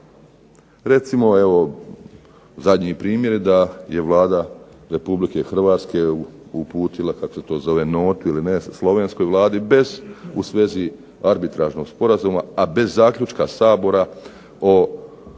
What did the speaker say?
Recimo, zadnji primjer da je Vlada Republike Hrvatske uputila notu Slovenskoj vladi u svezi arbitražnog sporazuma a bez zaključka Sabora o